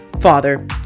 father